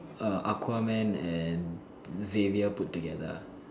err aquaman and xavier put together